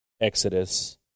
Exodus